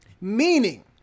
Meaning